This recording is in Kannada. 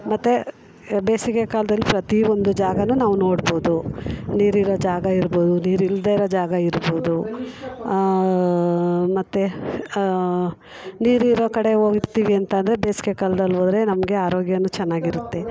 ಮತ್ತು ಬೇಸಿಗೆ ಕಾಲ್ದಲ್ಲಿ ಪ್ರತಿಯೊಂದು ಜಾಗವೂ ನಾವು ನೋಡ್ಬೋದು ನೀರಿರೋ ಜಾಗ ಇರ್ಬೋದು ನೀರಿಲ್ಲದೇ ಇರೋ ಜಾಗ ಇರ್ಬೋದು ಮತ್ತೆ ನೀರಿರೋ ಕಡೆ ಹೋಗಿರ್ತೀವಿ ಅಂತ ಅಂದ್ರೆ ಬೇಸ್ಗೆ ಕಾಲ್ದಲ್ಲಿ ಹೋದ್ರೆ ನಮಗೆ ಆರೋಗ್ಯವೂ ಚೆನ್ನಾಗಿರುತ್ತೆ